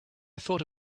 thought